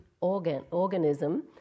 organism